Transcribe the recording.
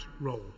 role